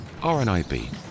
RNIB